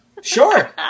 Sure